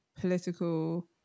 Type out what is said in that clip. political